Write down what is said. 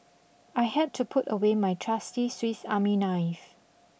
I had to put away my trusty Swiss Army knife